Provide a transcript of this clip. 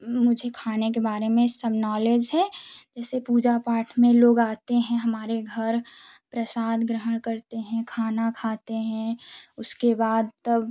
मुझे खाने के बारे में सब नॉलेज है जैसे पूजा पाठ में लोग आते हैं हमारे घर प्रसाद ग्रहण करते हैं खाना खाते हैं उसके बाद तब